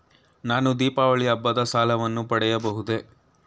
ನಾನು ದೀಪಾವಳಿ ಹಬ್ಬದ ಸಾಲವನ್ನು ಪಡೆಯಬಹುದೇ?